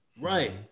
Right